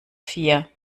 vier